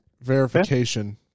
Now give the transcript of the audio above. Verification